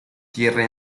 tierra